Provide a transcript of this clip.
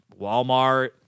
walmart